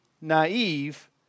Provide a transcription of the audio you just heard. naive